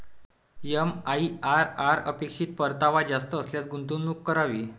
MIRR अपेक्षित परतावा जास्त असल्यास गुंतवणूक करावी